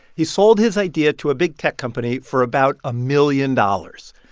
he sold his idea to a big tech company for about a million dollars,